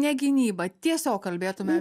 ne gynyba tiesiog kalbėtume